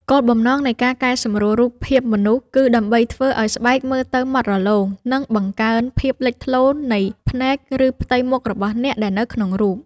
គោលបំណងនៃការកែសម្រួលរូបភាពមនុស្ស គឺដើម្បីធ្វើឱ្យស្បែកមើលទៅម៉ត់រលោង និងបង្កើនភាពលេចធ្លោនៃភ្នែក ឬផ្ទៃមុខរបស់អ្នកដែលនៅក្នុងរូប។